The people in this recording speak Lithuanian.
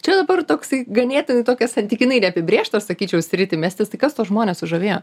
čia dabar toksai ganėtinai tokią santykinai neapibrėžtą sakyčiau sritį mestis tai kas tuos žmones sužavėjo